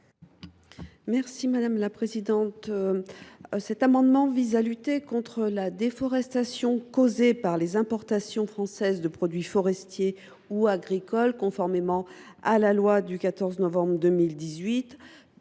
Mme Florence Blatrix Contat. Cet amendement vise à lutter contre la déforestation causée par les importations françaises de produits forestiers ou agricoles, conformément à la loi du 14 novembre 2018.